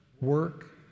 work